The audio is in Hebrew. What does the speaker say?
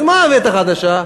אז מה הבאת חדשה?